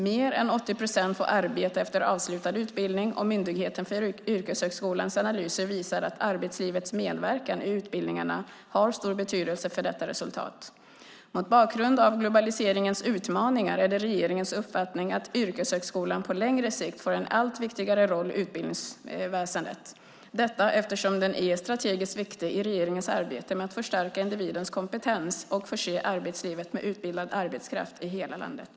Mer än 80 procent får arbete efter avslutad utbildning och Myndigheten för yrkeshögskolans analyser visar att arbetslivets medverkan i utbildningarna har stor betydelse för detta resultat. Mot bakgrund av globaliseringens utmaningar är det regeringens uppfattning att yrkeshögskolan på längre sikt får en allt viktigare roll i utbildningsväsendet, detta eftersom den är strategiskt viktig i regeringens arbete med att förstärka individens kompetens och förse arbetslivet med utbildad arbetskraft i hela landet.